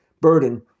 burden